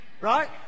Right